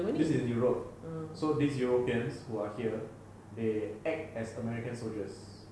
this is in europe so these europeans who are here they act as american soldiers